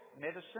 medicine